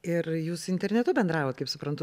ir jūs internetu bendravot kaip suprantu